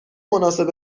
مناسب